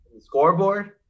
scoreboard